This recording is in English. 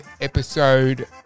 episode